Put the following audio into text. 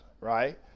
right